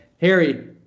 Harry